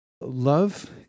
Love